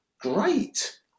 great